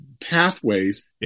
pathways